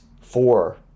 four